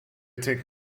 take